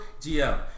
GM